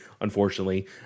Unfortunately